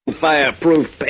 fireproof